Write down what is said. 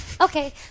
Okay